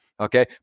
Okay